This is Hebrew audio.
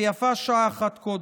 ויפה שעה אחת קודם.